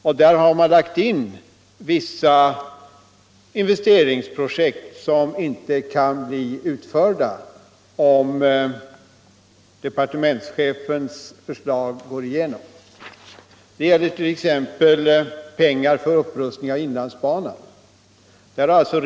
Därvid har man lagt Nr 80 in vissa investeringsprojekt som inte kan bli utförda om departementsche Torsdagen den fens förslag går igenom. Det gäller t.ex. pengar för upprustning av inlands 11 mars 1976 banan.